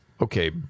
Okay